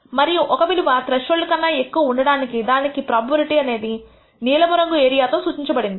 మరియు ఒక విలువ త్రెష్హోల్డ్ కన్నా ఎక్కువ ఉండడాన్ని దానికి ప్రోబబిలిటీ అనేది ఇది నీలము రంగు ఏరియాతో సూచించబడింది